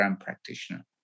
practitioner